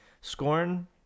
Scorn